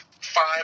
five